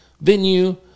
venue